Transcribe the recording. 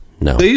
No